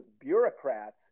bureaucrats